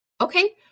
Okay